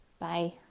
Bye